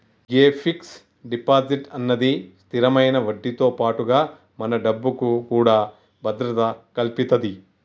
గే fix deposit అన్నది స్థిరమైన వడ్డీతో పాటుగా మన డబ్బుకు కూడా భద్రత కల్పితది